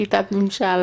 שזאת גם עמדתנו,